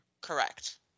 correct